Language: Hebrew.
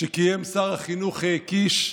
שקיים שר החינוך קיש,